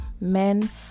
Men